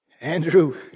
Andrew